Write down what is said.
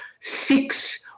six